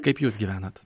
kaip jūs gyvenat